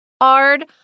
hard